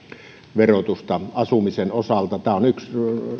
verotusta asumisen osalta tämä on yksi